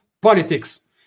politics